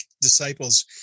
disciples